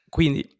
Quindi